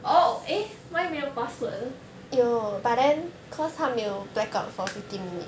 oh eh why 没有 password 的